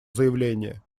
заявление